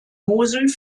mosel